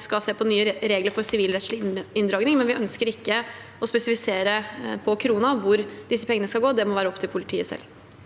skal se på nye regler for sivilrettslig inndragning. Men vi ønsker ikke å spesifisere på krona hvor disse pengene skal gå. Det må være opp til politiet selv.